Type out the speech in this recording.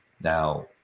Now